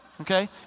okay